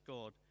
God